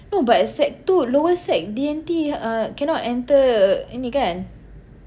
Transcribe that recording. no but sec two lower sec D_N_T uh cannot enter ini kan